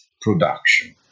production